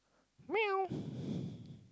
meow